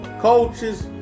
Coaches